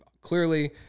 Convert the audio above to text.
clearly